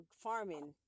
farming